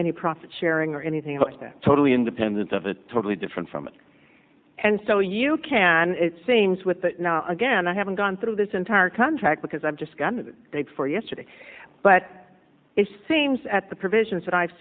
any profit sharing or anything like that totally independent of a totally different from and so you can it seems with again i haven't gone through this entire contract because i've just gotten the day before yesterday but it seems at the provisions that i've